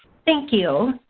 thank you.